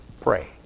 Pray